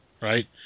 right